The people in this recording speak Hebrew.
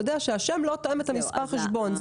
הוא יודע שהשם לא תואם את מספר החשבון.